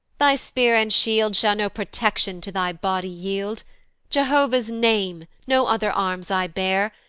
thy spear and shield shall no protection to thy body yield jehovah's name no other arms i bear,